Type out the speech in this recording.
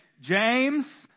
James